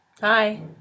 Hi